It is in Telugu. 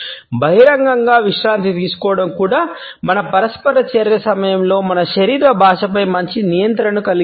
బహిరంగంగా విశ్రాంతి తీసుకోవడం కూడా మన పరస్పర చర్య సమయంలో మన శరీర భాషపై మంచి నియంత్రణను కలిగిస్తుంది